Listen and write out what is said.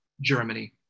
Germany